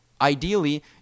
Ideally